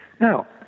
Now